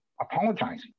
apologizing